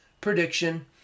prediction